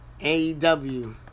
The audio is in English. AEW